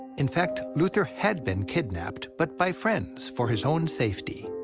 in fact, luther had been kidnapped but by friends for his own safety.